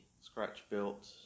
scratch-built